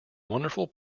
wonderful